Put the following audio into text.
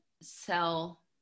sell